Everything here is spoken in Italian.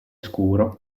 scuro